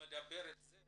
את זה